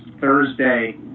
Thursday